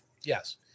Yes